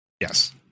Yes